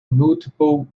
multiple